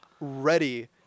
ready